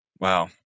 Wow